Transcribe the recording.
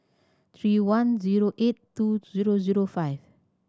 three one zero eight two zero zero five